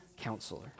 counselor